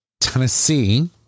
Tennessee